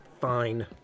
Fine